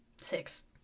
six